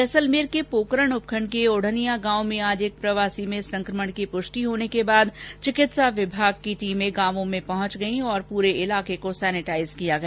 जैसलमेर के पोकरण उपखंड के ओढनिया गांव में आज एक प्रवासी में संकमण की पृष्टि होने के बाद चिकित्सा विभाग की टीमें गांव में पहुंच गई हैं और पूरे इलाके को सैनेटाइज किया गया